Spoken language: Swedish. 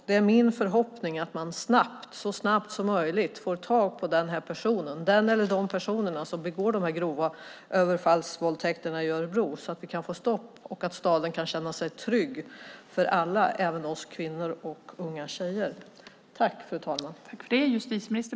Det är min förhoppning att man så snabbt som möjligt får tag på den eller de personer som begår de grova överfallsvåldtäkterna i Örebro så att vi kan få stopp på det och göra staden trygg för alla, även för oss kvinnor.